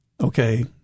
Okay